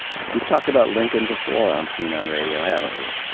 we've talked about lincoln before on scene on radio, haven't we.